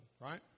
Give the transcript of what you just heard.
right